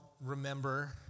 remember